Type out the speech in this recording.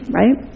right